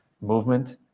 movement